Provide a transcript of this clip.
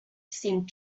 seemed